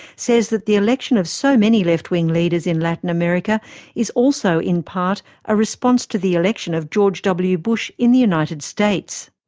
says that the election of so many left-wing leaders in latin america is also in part a response to the election of george w. bush in the united states.